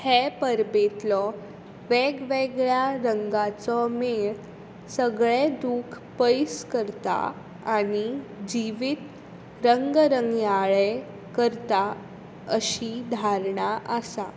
हे परबेंतलो वेगवेगळ्या रंगांचो मेळ सगळें दूख पयस करता आनी जिवीत रंगरंगयाळें करता अशी धारणा आसा